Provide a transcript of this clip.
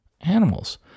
animals